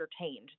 entertained